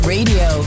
Radio